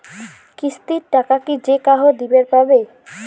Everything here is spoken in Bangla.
কিস্তির টাকা কি যেকাহো দিবার পাবে?